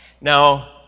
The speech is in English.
Now